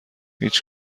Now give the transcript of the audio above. هیچ